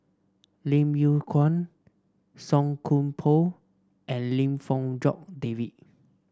Lim Yew Kuan Song Koon Poh and Lim Fong Jock David